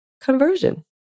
conversion